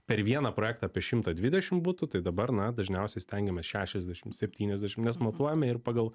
per vieną projektą apie šimtą dvidešim butų tai dabar na dažniausiai stengiamės šešiasdešim septyniasdešim mes matuojame ir pagal